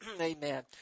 amen